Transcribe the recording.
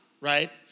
right